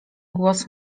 głos